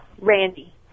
Randy